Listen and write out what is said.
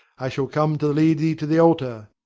i shall come to lead thee to the altar.